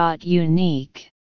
Unique